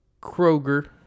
Kroger